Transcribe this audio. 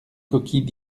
coquilles